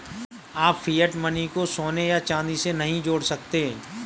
आप fiat money को सोने या चांदी से नहीं जोड़ सकते